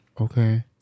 okay